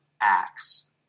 acts